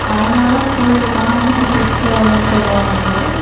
அதனால தான் கோயிலுக்கு போனால் மனது திருப்தி ஆகுதுன்னு சொல்லுவாங்க